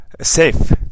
safe